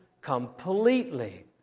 Completely